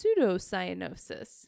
pseudocyanosis